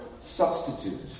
substitute